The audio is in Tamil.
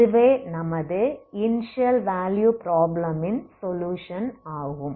இதுவே நமது இனிஷியல் வேலுயு ப்ராப்ளமின் சொலுயுஷன் ஆகும்